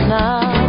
now